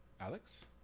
Alex